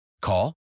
Call